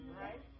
Right